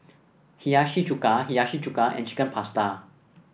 Hiyashi Chuka Hiyashi Chuka and Chicken Pasta